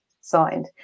signed